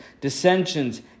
dissensions